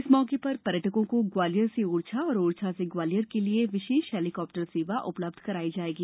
इस मौके पर पर्यटकों को ग्वालियर से ओरछा और ओरछा से ग्वालियर के लिए विशेष हेलीकॉप्टर सेवा उपलब्ध कराई जायेगी